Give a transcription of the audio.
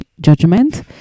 judgment